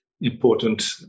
important